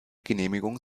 genehmigung